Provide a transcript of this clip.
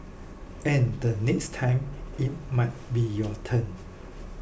and the next time it might be your turn